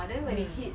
mm